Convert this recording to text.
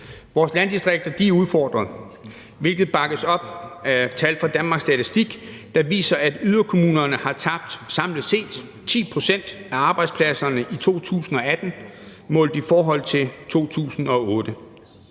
Vores landdistrikter er udfordret, hvilket bakkes op af tal fra Danmarks Statistik, der viser, at yderkommunerne har tabt samlet set 10 pct. af arbejdspladserne i 2018 målt i forhold 2008,